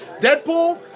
Deadpool